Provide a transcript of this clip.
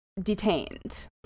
detained